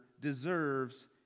deserves